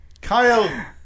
Kyle